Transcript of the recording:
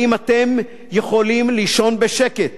האם אתם יכולים לישון בשקט